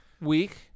week